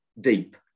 deep